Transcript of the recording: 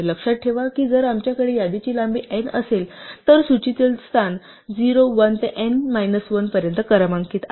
लक्षात ठेवा की जर आमच्याकडे यादीची लांबी n असेल तर सूचीतील स्थान 0 1 ते n मायनस 1 पर्यंत क्रमांकित आहेत